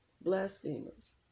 blasphemers